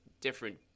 different